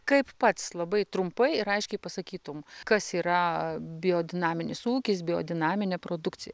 kaip pats labai trumpai ir aiškiai pasakytum kas yra biodinaminis ūkis biodinaminė produkcija